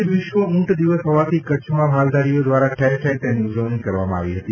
આજે વિશ્વ ઊંટ દિવસ હોવાથી કચ્છમાં માલધારીઓ દ્વારા ઠેર ઠેર તેની ઉજવણી કરવામાં આવી હતી